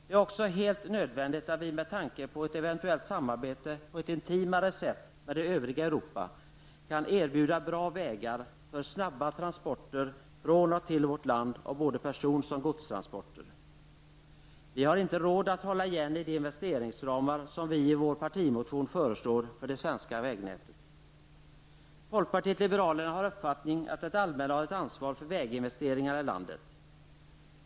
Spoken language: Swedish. Det är också helt nödvändigt att vi, med tanke på ett eventuellt samarbete på ett intimare sätt med det övriga Europa, kan erbjuda bra vägar för snabba transporter från och till vårt land av både person och godstransporter. Vårt land har inte råd att hålla igen i de investeringsramar som vi i vår partimotion föreslår för det svenska vägnätet. Folkpartiet liberalerna har uppfattningen att det allmänna har ett ansvar för väginvesteringar i landet.